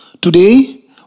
Today